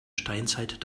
steinzeit